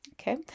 Okay